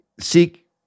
seek